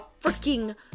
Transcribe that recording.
freaking